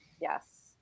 Yes